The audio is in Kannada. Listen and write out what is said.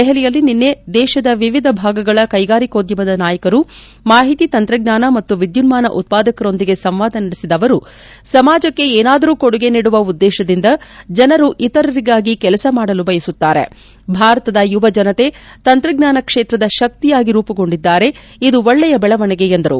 ದೆಹಲಿಯಲ್ಲಿ ನಿನ್ನೆ ದೇಶದ ವಿವಿಧ ಭಾಗಗಳ ಕೈಗಾರಿಕೋದ್ಯಮದ ನಾಯಕರು ಮಾಹಿತಿ ತಂತ್ರಜ್ಞಾನ ಮತ್ತು ವಿದ್ಯುನ್ಮಾನ ಉತ್ವಾದಕರೊಂದಿಗೆ ಸಂವಾದ ನಡೆಸಿದ ಅವರು ಸಮಾಜಕ್ಕೆ ಏನಾದರೂ ಕೊಡುಗೆ ನೀಡುವ ಉದ್ದೇಶದಿಂದ ಜನರು ಇತರರಿಗಾಗಿ ಕೆಲಸ ಮಾಡಲು ಬಯಸುತ್ತಾರೆ ಭಾರತದ ಯುವಜನತೆ ತಂತ್ರಜ್ಞಾನ ಕ್ಷೇತ್ರದ ಶಕ್ತಿಯಾಗಿ ರೂಪುಗೊಂಡಿದ್ದಾರೆ ಇದು ಒಳ್ಳೆಯ ಬೆಳವಣಿಗೆ ಎಂದರು